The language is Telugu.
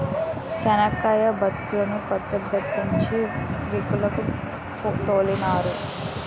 శనక్కాయలు బస్తాల కెత్తి బల్లుకెత్తించి మిల్లుకు తోలినారు